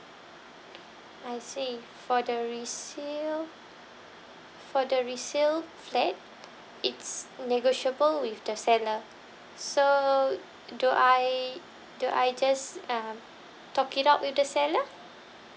I see for the resale for the resale flat it's negotiable with the seller so do I do I just uh talk it out with the seller